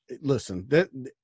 Listen